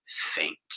faint